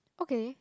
okay